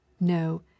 no